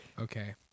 Okay